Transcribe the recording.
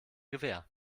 gewähr